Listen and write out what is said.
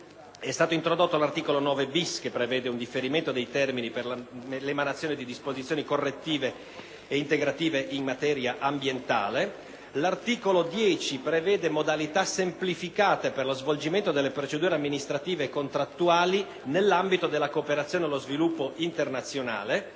l'articolo 9-*bis* che prevede un differimento del termine per l'emanazione di disposizioni correttive e integrative in materia ambientale. L'articolo 10 prevede modalità semplificate di svolgimento delle procedure amministrative e contrattuali nell'ambito della cooperazione allo sviluppo internazionale,